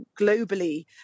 globally